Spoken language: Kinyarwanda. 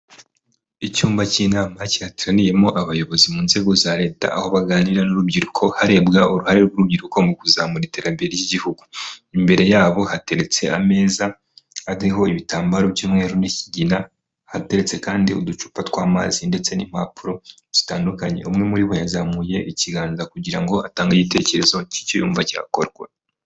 icyumba cy'inama cyateraniyemo abayobozi mu nzego za leta aho baganira n'urubyiruko harebwa uruhare rw'urubyiruko mu kuzamura iterambere ry'igihugu imbere yabo hateretse ameza adiho ibitambaro by byumweru n'kigina hateretse kandi uducupa tw'amazi ndetse n'impapuro zitandukanye umwe muri bo yazamuye ikiganza kugira ngo atange igitekerezo cy'iyumba kirakorwa